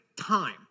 time